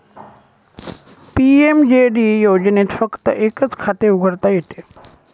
PMJD योजनेत फक्त एकच खाते उघडता येते